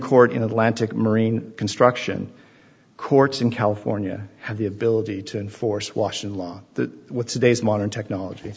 court in atlantic marine construction courts in california have the ability to enforce washin law that with today's modern technology